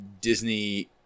Disney